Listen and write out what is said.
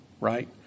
right